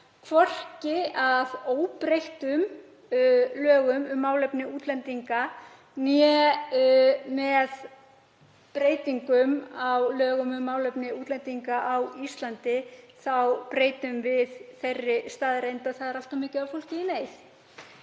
hvorki með óbreyttum lögum um málefni útlendinga né með breytingum á lögum um málefni útlendinga á Íslandi, að við breytum þeirri staðreynd að það er allt of margt fólk í neyð.